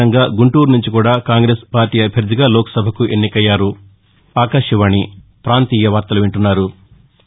రంగా గుంటూరు నుంచి కూడా కాంగ్రెస్ పార్టీ అభ్యర్దిగా లోక్సభకు ఎన్నికయ్యారు